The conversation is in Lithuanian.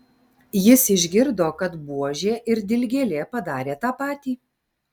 jis išgirdo kad buožė ir dilgėlė padarė tą patį